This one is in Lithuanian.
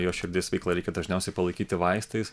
jo širdies veiklą reikia dažniausiai palaikyti vaistais